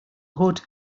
hood